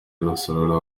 rusororo